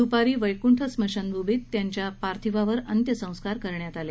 दुपारी वैकूंठ स्मशानभूमीत त्यांच्या पार्थिवावर अंत्यसंस्कार करण्यात आले